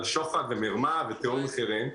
על שוחד ומרמה ותיאום מחירים,